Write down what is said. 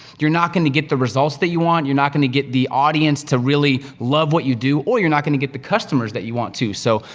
you're not gonna get the results that you want, you're not gonna get the audience to really love what you do, or you're not gonna get the customers that you want to. so,